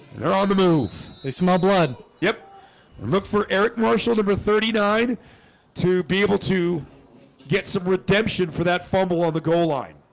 they're on the move. they smile blood. yep look for eric marshall number thirty nine to be able to get some redemption for that fumble on ah the goal line.